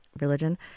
religion